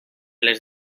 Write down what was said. les